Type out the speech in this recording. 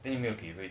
then 有没有给会